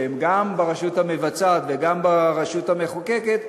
שהם גם ברשות המבצעת וגם ברשות המחוקקת,